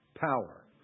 Power